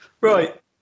Right